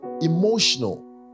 emotional